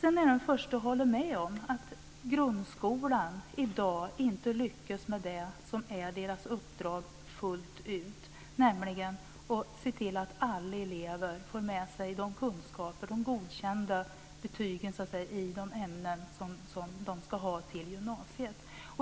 Jag är den första att hålla med om att grundskolan i dag inte lyckas med det som är dess uppdrag fullt ut, nämligen att se till att alla elever får med sig de kunskaper och de godkända betyg i ämnen som de ska ha till gymnasiet.